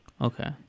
Okay